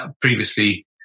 previously